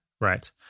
Right